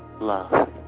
love